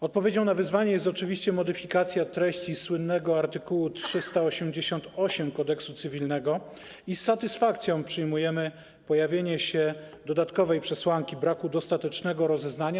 Odpowiedzią na wyzwanie jest oczywiście modyfikacja treści słynnego art. 388 k.c. i z satysfakcją przyjmujemy pojawienie się dodatkowej przesłanki braku dostatecznego rozeznania.